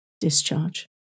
discharge